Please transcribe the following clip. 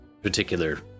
particular